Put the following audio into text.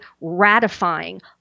ratifying